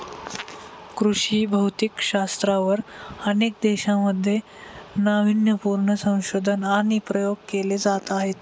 कृषी भौतिकशास्त्रावर अनेक देशांमध्ये नावीन्यपूर्ण संशोधन आणि प्रयोग केले जात आहेत